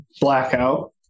Blackout